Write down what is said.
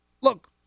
Look